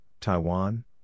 Taiwan